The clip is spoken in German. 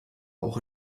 auch